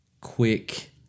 quick